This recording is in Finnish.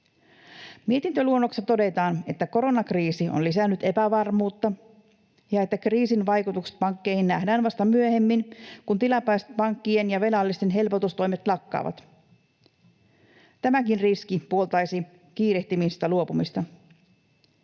Mietintöluonnoksessa todetaan, että koronakriisi on lisännyt epävarmuutta ja että kriisin vaikutukset pankkeihin nähdään vasta myöhemmin, kun tilapäispankkien ja velallisten helpotustoimet lakkaavat. Tämäkin riski puoltaisi kiirehtimisestä luopumista.